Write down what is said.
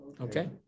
Okay